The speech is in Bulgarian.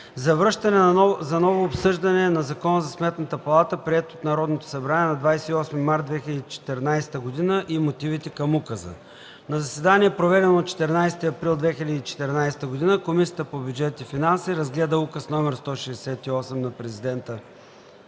за връщане за ново обсъждане на Закона за Сметната палата, приет от Народното събрание на 28 март 2014 г., и мотивите към указа На заседание, проведено на 14 април 2014 г., Комисията по бюджет и финанси разгледа Указ № 70 на президента